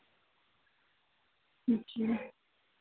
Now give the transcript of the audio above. جی